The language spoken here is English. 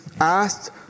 asked